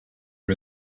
for